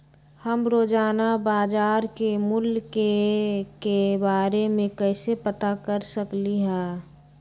हम रोजाना बाजार के मूल्य के के बारे में कैसे पता कर सकली ह?